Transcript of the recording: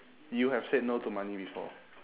you have said no to money before